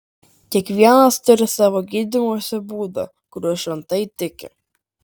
kiekvienas turi savo gydymosi būdą kuriuo šventai tiki